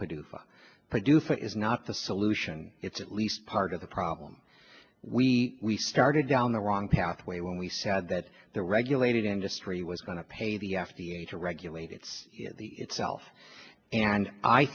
producer producer is not the solution it's at least part of the problem we started down the wrong pathway when we said that there regulated industry was going to pay the f d a to regulate its itself and i